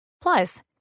Plus